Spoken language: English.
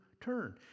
turn